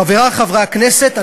חברי חברי הכנסת,